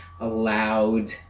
allowed